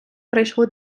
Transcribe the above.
прийшли